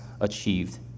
achieved